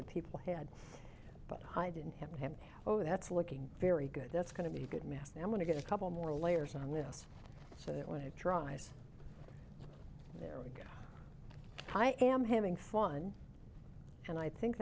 that people had but i didn't have him oh that's looking very good that's going to be good mass and i'm going to get a couple more layers on this so that when it dries there again i am having fun and i think